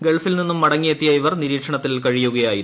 ഗൾഫിൽ നിന്നും മടങ്ങിയെത്തിയ ഇവർ നിരീക്ഷണത്തിൽ കഴിയുകയായിരുന്നു